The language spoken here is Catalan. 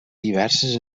diverses